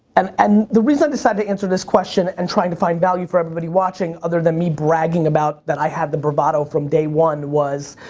and um the reason i decided to answer this question and trying to find value for everybody watching other than me bragging about that i had the bravado from day one was,